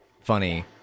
funny